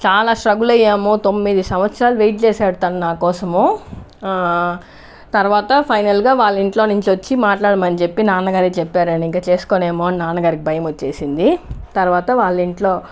చాలా స్ట్రగుల్ అయ్యాము తొమ్మిది సంవత్సరాలు వెయిట్ చేసాడు తను నా కోసము తర్వాత ఫైనల్గా వాళ్ళ ఇంట్లో నుంచి వచ్చి మాట్లాడమని చెప్పి నాన్నగారే చెప్పారు నేను ఇంకా చేసుకోనేమో అని నాన్నగారికి భయం వచ్చేసింది తర్వాత వాళ్ళింట్లో